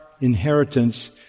inheritance